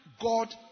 god